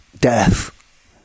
death